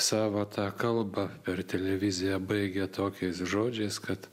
savo tą kalbą per televiziją baigė tokiais žodžiais kad